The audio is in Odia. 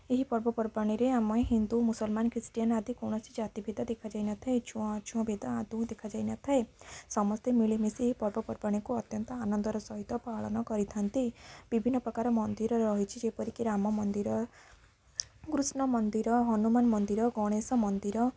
ଏହି ପର୍ବପର୍ବାଣିରେ ଆମ ହିନ୍ଦୁ ମୁସଲମାନ ଖ୍ରୀଷ୍ଟିଆନ୍ ଆଦି କୌଣସି ଜାତିଭେଦ ଦେଖାଯାଇନଥାଏ ଛୁଆଁ ଛୁଅଁ ଭେଦ ଆଦୌ ଦେଖାଯାଇନଥାଏ ସମସ୍ତେ ମିଳିମିଶି ଏହି ପର୍ବପର୍ବାଣିକୁ ଅତ୍ୟନ୍ତ ଆନନ୍ଦର ସହିତ ପାଳନ କରିଥାନ୍ତି ବିଭିନ୍ନପ୍ରକାର ମନ୍ଦିର ରହିଛିି ଯେପରିକି ରାମ ମନ୍ଦିର କୃଷ୍ଣ ମନ୍ଦିର ହନୁମାନ ମନ୍ଦିର ଗଣେଶ ମନ୍ଦିର